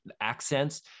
accents